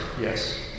Yes